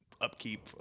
upkeep